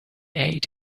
ate